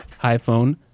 iPhone